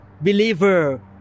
believer